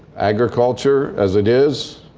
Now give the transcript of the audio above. agriculture, as it is,